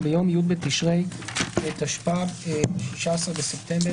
או במהלך יום י' בתשרי התשפ"ב (16 בספטמבר